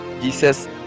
Jesus